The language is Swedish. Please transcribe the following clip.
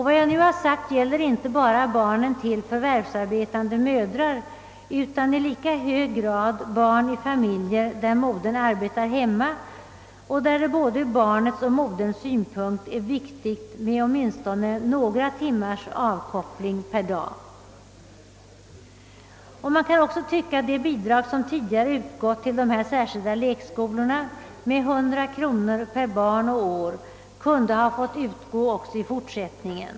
Vad jag nu har sagt gäller inte bara barn till förvärvsarbetande mödrar utan i lika hög grad barn i familjer där modern arbetar hemma och där det ur både barnets och moderns synpunkt är viktigt med åtminstone några timmars avkoppling per dag. Man kan tycka att det bidrag som tidigare utgått till dessa särskilda lekskolor med 100 kronor per barn och år kunde ha fått utgå också i fortsättningen.